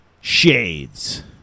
Shades